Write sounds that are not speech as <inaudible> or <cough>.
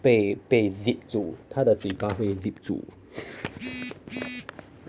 被被 zip 住他的嘴巴会 zip 住 <laughs>